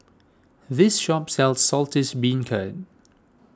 this shop sells Saltish Beancurd